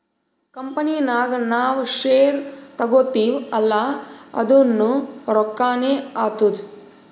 company ನಾಗ್ ನಾವ್ share ತಗೋತಿವ್ ಅಲ್ಲಾ ಅದುನೂ ರೊಕ್ಕಾನೆ ಆತ್ತುದ್